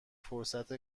فرصت